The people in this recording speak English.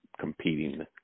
competing